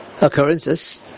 occurrences